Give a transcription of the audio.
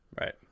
Right